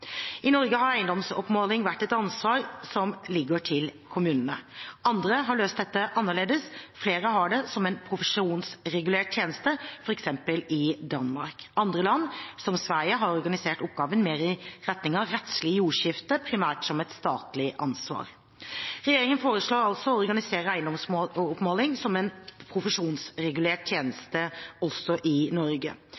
I Norge har eiendomsoppmåling vært et ansvar som ligger til kommunene. Andre har løst dette annerledes. Flere har det som en profesjonsregulert tjeneste, f.eks. i Danmark. Andre land, som Sverige, har organisert oppgaven mer i retning av rettslig jordskifte, primært som et statlig ansvar. Regjeringen foreslår altså å organisere eiendomsoppmålingen som en profesjonsregulert